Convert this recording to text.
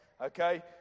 Okay